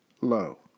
low